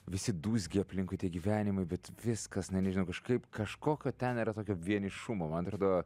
visi dūzgia aplinkui tie gyvenimai bet viskas na nežinau kažkaip kažkokio ten yra tokio vienišumo man atrodo